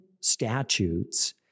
statutes